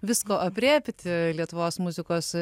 visko aprėpti lietuvos muzikos